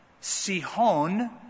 Sihon